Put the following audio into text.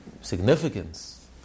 significance